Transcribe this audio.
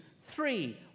Three